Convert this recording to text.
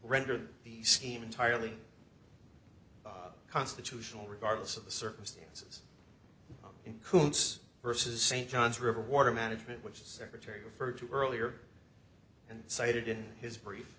render the scheme entirely constitutional regardless of the circumstances in codes versus st john's river water management which secretary referred to earlier and cited in his brief